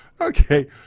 okay